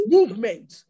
Movement